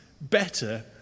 better